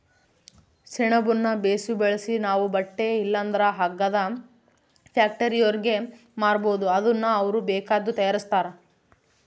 ಸೆಣಬುನ್ನ ಬೇಸು ಬೆಳ್ಸಿ ನಾವು ಬಟ್ಟೆ ಇಲ್ಲಂದ್ರ ಹಗ್ಗದ ಫ್ಯಾಕ್ಟರಿಯೋರ್ಗೆ ಮಾರ್ಬೋದು ಅದುನ್ನ ಅವ್ರು ಬೇಕಾದ್ದು ತಯಾರಿಸ್ತಾರ